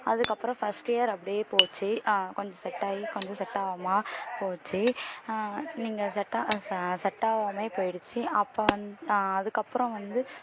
அதுக்கு அப்புறம் first year அப்படியே போச்சு கொஞ்சம் செட் ஆகி கொஞ்சம் செட் ஆகாம போச்சு நீங்கள் செட்டாக சா செட்டாகாமே போயிடுச்சு அப்புறம் வந்து அதுக்கு அப்புறம் வந்து